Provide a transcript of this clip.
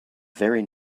very